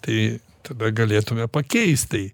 tai tada galėtume pakeist tai